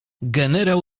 generał